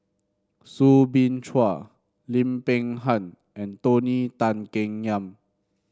Soo Bin Chua Lim Peng Han and Tony Tan Keng Yam